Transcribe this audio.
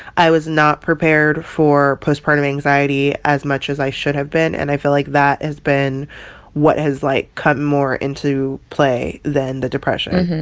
i was not prepared for postpartum anxiety as much as i should have been. and i feel like that has been what has, like, come more into play than the depression